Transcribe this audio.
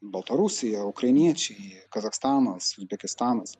baltarusija ukrainiečiai kazachstanas uzbekistanas